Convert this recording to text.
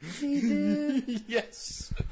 Yes